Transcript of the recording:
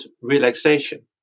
relaxation